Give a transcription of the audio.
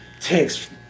text